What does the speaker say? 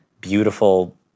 beautiful